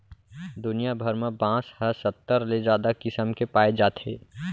दुनिया भर म बांस ह सत्तर ले जादा किसम के पाए जाथे